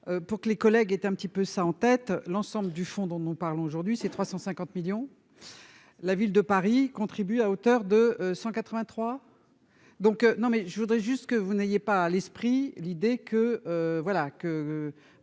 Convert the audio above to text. pour que les collègues étaient un petit peu ça en tête, l'ensemble du fonds dont nous parlons aujourd'hui, c'est 350 millions la ville de Paris contribue à hauteur de 183 donc, non, mais je voudrais juste que vous n'aviez pas l'esprit l'idée que, voilà que